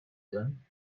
then